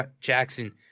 Jackson